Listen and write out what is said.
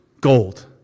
Gold